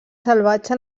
salvatge